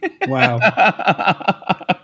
wow